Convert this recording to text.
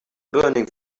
burning